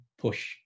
push